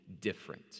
different